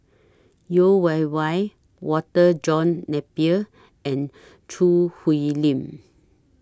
Yeo Wei Wei Walter John Napier and Choo Hwee Lim